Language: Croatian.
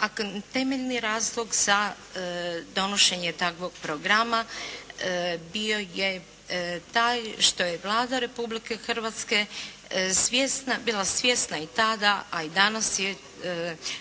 a temeljni razlog za donošenje takvog programa bio je taj što je Vlada Republike Hrvatske bila svjesna i tada a i danas, je